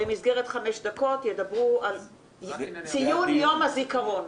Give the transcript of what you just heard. במסגרת חמש דקות ידברו על ציון יום הזיכרון.